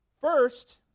First